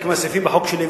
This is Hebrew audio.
חלק מהסעיפים בחוק שלי,